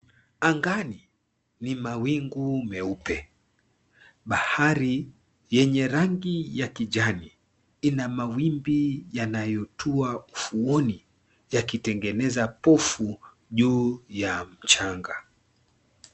Angani ni mawingu meupe. Bahari yenye rangi ya kijani ina mawimbi yanayotua ufuoni yakitengeneza pofu juu ya mchanga.